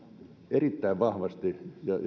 erittäin vahvasti ja että